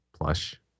plush